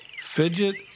Fidget